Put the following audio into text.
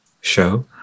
show